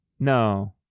No